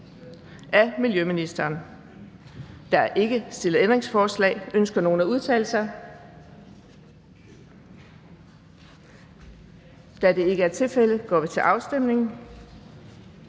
(Birgitte Vind): Der er ikke stillet ændringsforslag. Ønsker nogen at udtale sig? Da det ikke er tilfældet, går vi til afstemning.